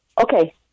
Okay